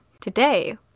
Today